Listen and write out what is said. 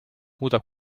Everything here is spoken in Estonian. muudab